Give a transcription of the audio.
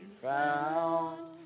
found